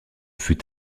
fut